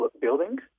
buildings